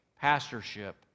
pastorship